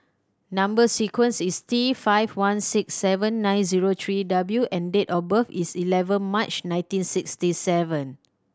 number sequence is T five one six seven nine zero three W and date of birth is eleven March nineteen sixty seven